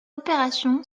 opération